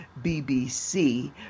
BBC